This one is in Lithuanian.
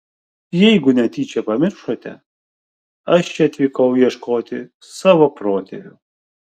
jeigu netyčia pamiršote aš čia atvykau ieškoti savo protėvių